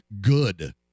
good